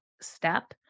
step